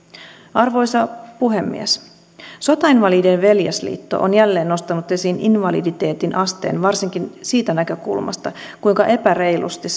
arvoisa puhemies sotainvalidien veljesliitto on jälleen nostanut esiin invaliditeetin asteen varsinkin siitä näkökulmasta kuinka epäreilusti